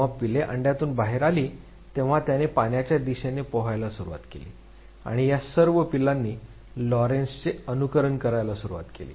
जेव्हा पिल्ले अंड्यातून बाहेर आली तेव्हा त्याने पाण्याच्या दिशेने पोहायला सुरवात केली आणि या सर्व पिल्लांनी लॉरेन्झ चे अनुकरण करायला सुरुवात केली